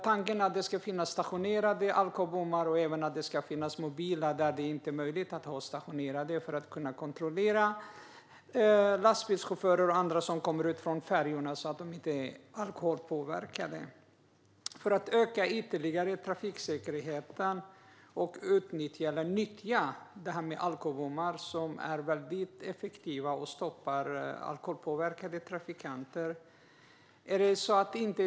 Tanken är att det ska finnas stationära och, där detta inte är möjligt, även mobila alkobommar för att lastbilschaufförer och andra som kommer från färjor ska kunna kontrolleras så att de inte är alkoholpåverkade. Alkobommar är väldigt effektiva när det gäller att stoppa alkoholpåverkade trafikanter, och därmed ökar trafiksäkerheten ytterligare.